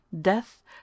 Death